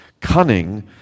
cunning